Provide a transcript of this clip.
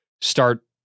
start